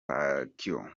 pacquiao